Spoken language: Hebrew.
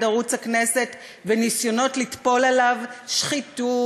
ערוץ הכנסת וניסיונות לטפול עליו שחיתות,